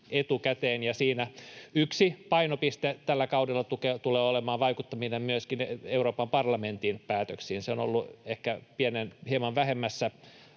etukäteen, ja siinä yksi painopiste tällä kaudella tulee olemaan vaikuttaminen myöskin Euroopan parlamentin päätöksiin. Se on ollut ehkä hieman vähemmässä